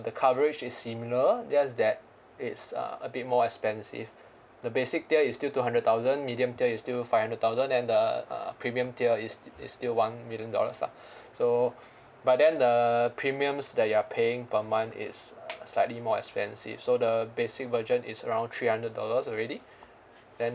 the coverage is similar just that it's a a bit more expensive the basic tier is still two hundred thousand medium tier is still five hundred thousand and the uh premium tier is is still one million dollars lah so but then the premiums that you are paying per month is uh slightly more expensive so the basic version is around three hundred dollars already and